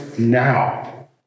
now